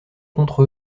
contre